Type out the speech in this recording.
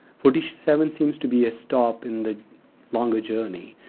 forty seven seems to be a stop in the longer journey.